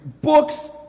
books